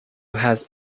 had